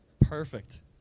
Perfect